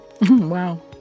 Wow